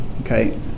Okay